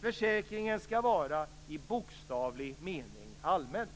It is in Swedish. försäkringen vara i bokstavlig mening allmän.